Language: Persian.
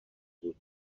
بود